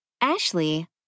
Ashley